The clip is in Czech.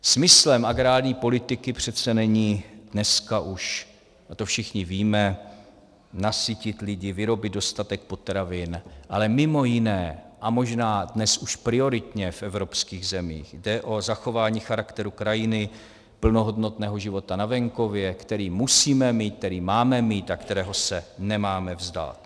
Smyslem agrární politiky přece není, dneska už to všichni víme, nasytit lidi, vyrobit dostatek potravin, ale mimo jiné a možná dnes už prioritně v evropských zemích jde o zachování charakteru krajiny, plnohodnotného života na venkově, který musíme mít, který máme mít a kterého se nemáme vzdát.